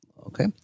Okay